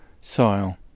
soil